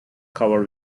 covered